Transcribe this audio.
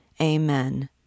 Amen